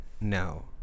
No